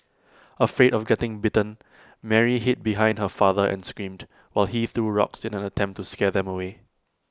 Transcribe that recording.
afraid of getting bitten Mary hid behind her father and screamed while he threw rocks in an attempt to scare them away